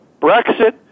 Brexit